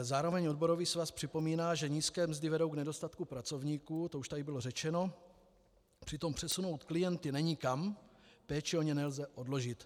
Zároveň odborový svaz připomíná, že nízké mzdy vedou k nedostatku pracovníků, to už tady bylo řečeno, a přitom přesunout klienty není kam, péči o ně nelze odložit.